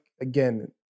again